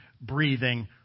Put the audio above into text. breathing